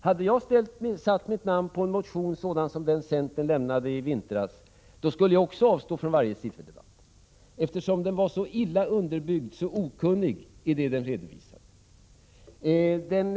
Hade jag satt mitt namn på en motion sådan som den centern lämnade i vintras, skulle jag också avstå från varje sifferdebatt, eftersom den var så illa underbyggd och så okunnig i det den redovisade.